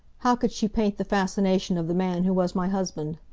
how could she paint the fascination of the man who was my husband?